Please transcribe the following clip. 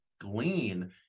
glean